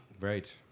Right